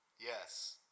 Yes